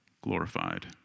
glorified